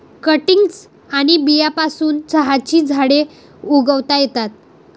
cuttings आणि बियांपासून चहाची झाडे उगवता येतात